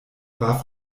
war